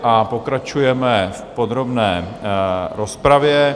A pokračujeme v podrobné rozpravě.